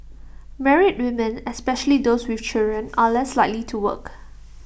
married women especially those with children are less likely to work